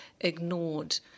ignored